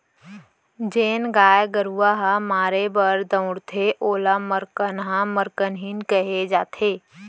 जेन गाय गरूवा ह मारे बर दउड़थे ओला मरकनहा मरकनही कहे जाथे